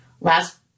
Last